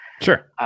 sure